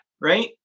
right